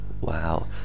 wow